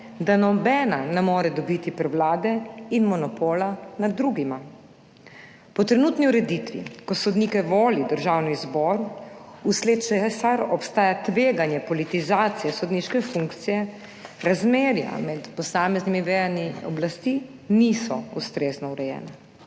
da nobena ne more dobiti prevlade in monopola nad drugima. Po trenutni ureditvi, ko sodnike voli Državni zbor, vsled česar obstaja tveganje politizacije sodniške funkcije, razmerja med posameznimi vejami oblasti niso ustrezno urejena.